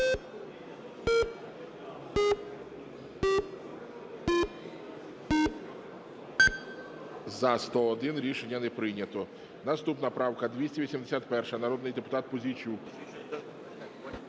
За-101 Рішення не прийнято. Наступна правка 281, народний депутат Пузійчук.